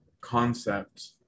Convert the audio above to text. concept